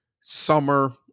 summer